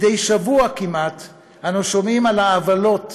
מדי שבוע כמעט אנו שומעים על העוולות